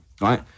Right